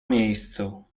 miejscu